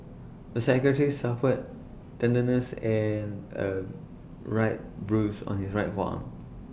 the psychiatrist suffered tenderness and A right bruise on his right forearm